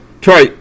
Troy